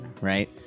right